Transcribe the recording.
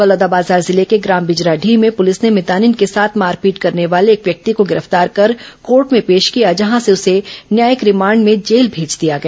बलौदाबाजार जिले के ग्राम बिजराडीह में पुलिस ने मितानिन के साथ मारपीट करने वाले एक व्यक्ति को गिरफ्तार कर कोर्ट में पेश किया जहां से उसे न्यायिक रिमांड में जेल भेज दिया गया